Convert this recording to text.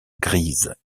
grise